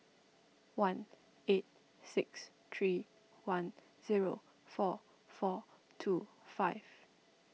one eight six three one zero four four two five